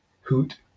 hoot